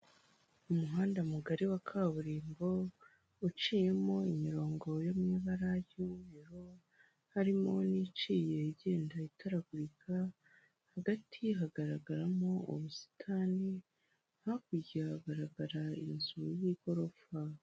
Umuhanda mugari wa kaburimbo uciyemo imirongo yo mu ibara ry'umweru harimo n'iciye igenda itaragurika, hagati hagaragaramo ubusitani, hakurya hagaragara inzu y'igorofa.